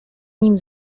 nim